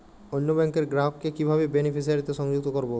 অন্য ব্যাংক র গ্রাহক কে কিভাবে বেনিফিসিয়ারি তে সংযুক্ত করবো?